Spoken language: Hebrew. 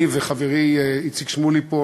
אני וחברי איציק שמולי פה,